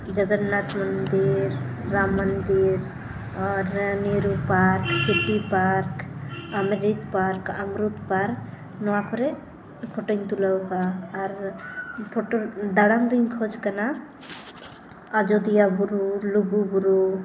ᱡᱚᱜᱚᱱᱱᱟᱛᱷ ᱢᱚᱱᱫᱤᱨ ᱨᱟᱢ ᱢᱚᱱᱫᱤᱨ ᱟᱨ Nehru park city park Amrit park Amrut park ᱱᱚᱣᱟ ᱠᱚᱨᱮ ᱯᱷᱳᱴᱳᱧ ᱛᱩᱞᱟᱹᱣ ᱠᱟᱜᱼᱟ ᱟᱨ ᱯᱷᱳᱴᱳ ᱫᱟᱬᱟᱱ ᱫᱩᱧ ᱠᱷᱚᱡᱽ ᱠᱟᱱᱟ ᱟᱡᱚᱫᱤᱭᱟᱹ ᱵᱩᱨᱩ ᱞᱩᱜᱩ ᱵᱩᱨᱩ